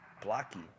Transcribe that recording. blocky